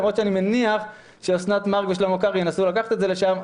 למרות שאני מניח שאוסנת מארק ושלמה קרעי ינסו לקחת את זה לשם.